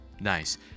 nice